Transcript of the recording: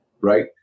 Right